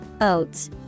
oats